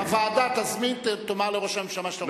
בוועדה תאמר לראש הממשלה שאתה,